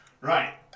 Right